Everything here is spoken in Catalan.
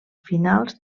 finals